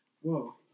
Whoa